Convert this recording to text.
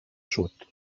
sud